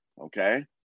okay